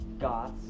goths